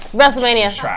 WrestleMania